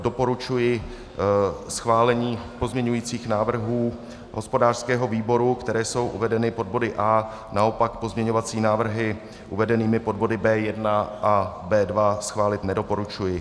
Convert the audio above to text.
Doporučuji schválení pozměňujících návrhů hospodářského výboru, které jsou uvedeny pod body A, naopak pozměňovací návrhy uvedené pod body B1 a B2 schválit nedoporučuji.